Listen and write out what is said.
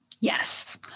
Yes